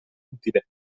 utile